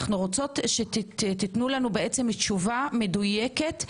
אנו רוצות שתיתנו לנו תשובה מדויקת,